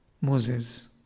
Moses